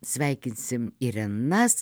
sveikinsim irenas